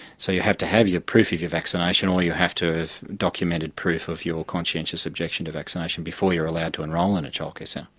so you have to have your proof of your vaccination or you have to have documented proof of your conscientious objection to vaccination before you're allowed to enrol in a childcare so